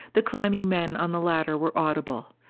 the climbing men on the ladder were audible.